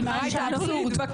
אני לא מתווכחת.